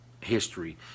history